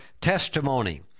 testimony